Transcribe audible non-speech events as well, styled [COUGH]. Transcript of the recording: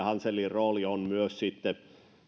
[UNINTELLIGIBLE] hanselin rooli on myös